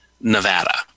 nevada